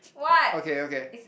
okay okay